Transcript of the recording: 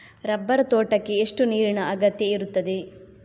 Rubber ತೋಟಕ್ಕೆ ಎಷ್ಟು ನೀರಿನ ಅಗತ್ಯ ಇರುತ್ತದೆ?